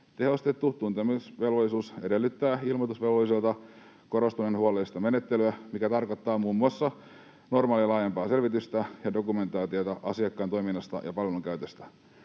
Tehostettu tuntemisvelvollisuus edellyttää ilmoitusvelvolliselta korostuneen huolellista menettelyä, mikä tarkoittaa muun muassa normaalia laajempaa selvitystä ja dokumentaatiota asiakkaan toiminnasta ja palvelun käytöstä.